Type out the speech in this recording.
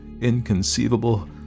inconceivable